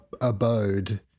abode